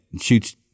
shoots